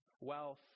wealth